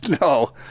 No